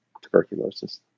tuberculosis